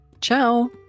Ciao